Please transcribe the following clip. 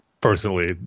personally